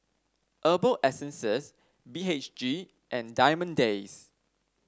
Herbal Essences B H G and Diamond Days